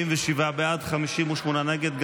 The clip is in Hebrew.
47 בעד, 58 נגד.